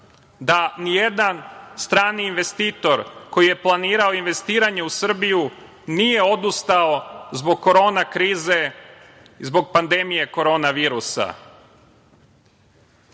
da nijedan strani investitor koji je planirao investiranje u Srbiju nije odustao zbog korona krize, zbog pandemije korona virusa. Što